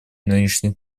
нынешней